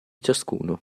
ciascuno